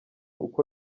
uko